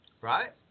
right